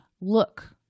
look